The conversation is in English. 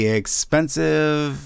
expensive